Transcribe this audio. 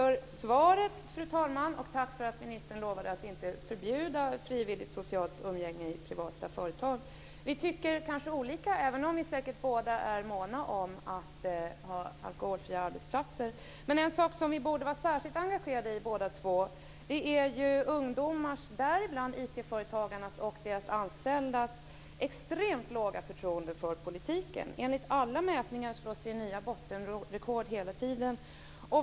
Fru talman! Jag tackar ministern för det svaret och för att han lovar att inte förbjuda frivilligt socialt umgänge i privata företag. Vi tycker kanske olika, även om säkert båda är måna om att ha alkoholfria arbetsplatser. En sak som vi båda borde vara särskilt engagerade i är ungdomars - och däribland IT-företagarnas och deras anställdas - extremt låga förtroende för politiken. Enligt alla mätningar slås hela tiden nya bottenrekord.